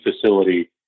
facility